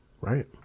right